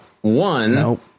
One